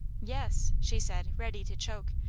yes, she said, ready to choke,